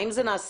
האם זה נעשה?